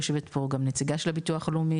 יושבת פה גם נציגה של הביטוח הלאומי.